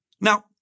Now